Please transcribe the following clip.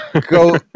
Go